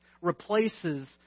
replaces